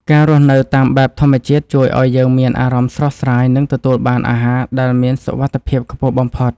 ការរស់នៅតាមបែបធម្មជាតិជួយឱ្យយើងមានអារម្មណ៍ស្រស់ស្រាយ និងទទួលបានអាហារដែលមានសុវត្ថិភាពខ្ពស់បំផុត។